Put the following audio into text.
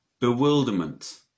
bewilderment